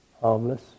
harmless